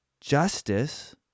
justice